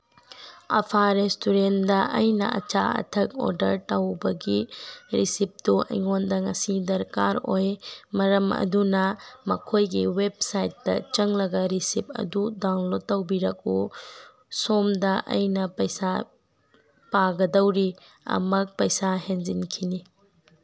ꯑꯐꯥ ꯔꯦꯁꯇꯨꯔꯦꯟꯗ ꯑꯩꯅ ꯑꯆꯥ ꯑꯊꯛ ꯑꯣꯔꯗꯔ ꯇꯧꯕꯒꯤ ꯔꯤꯁꯤꯞꯇꯨ ꯑꯩꯉꯣꯟꯗ ꯉꯁꯤ ꯗꯔꯀꯥꯔ ꯑꯣꯏ ꯃꯔꯝ ꯑꯗꯨꯅ ꯃꯈꯣꯏꯒꯤ ꯋꯦꯞꯁꯥꯏꯠꯇ ꯆꯪꯂꯒ ꯔꯤꯁꯤꯞ ꯑꯗꯨ ꯗꯥꯎꯟꯂꯣꯠ ꯇꯧꯕꯤꯔꯛꯎ ꯁꯣꯝꯗ ꯑꯩꯅ ꯄꯩꯁꯥ ꯄꯥꯒꯗꯧꯔꯤ ꯑꯃꯨꯛ ꯄꯩꯁꯥ ꯍꯦꯟꯖꯤꯟꯈꯤꯅꯤ